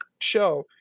show